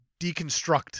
deconstruct